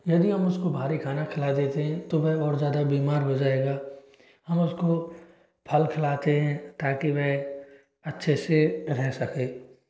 यदि हम उसको बाहरी खाना खिला देते हैं तो वह और ज़्यादा बीमार हो जाएगा हम उसको फल खिलाते हैं ताकि वह अच्छे से रह सकें